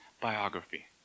biography